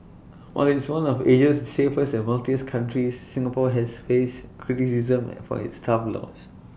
while it's one of Asia's safest and wealthiest countries Singapore has faced criticism and for its tough laws